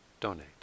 donate